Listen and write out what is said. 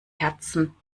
herzen